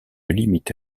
limite